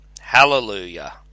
hallelujah